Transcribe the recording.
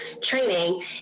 training